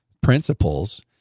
principles